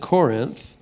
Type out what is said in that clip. Corinth